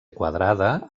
quadrada